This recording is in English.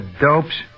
dopes